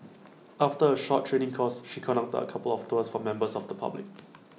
after A short training course she conducted A couple of tours for members of the public